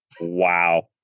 Wow